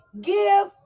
Give